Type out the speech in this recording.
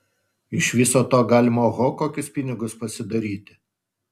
iš viso to galima oho kokius pinigus pasidaryti